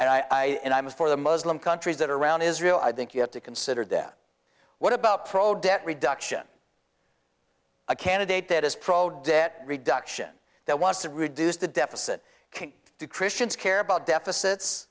and i and i was for the muslim countries that are around israel i think you have to consider them what about pro debt reduction a candidate that is pro debt reduction that wants to reduce the deficit can christians care about deficits is